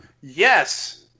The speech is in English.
yes